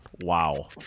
Wow